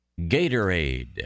Gatorade